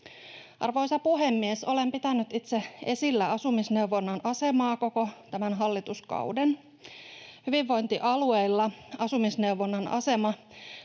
Arvoisa puhemies! Olen pitänyt itse esillä asumisneuvonnan asemaa koko tämän hallituskauden. Hyvinvointialueilla asumisneuvonnan asema